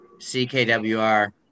ckwr